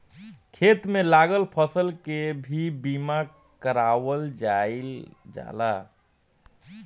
खेत में लागल फसल के भी बीमा कारावल जाईल जाला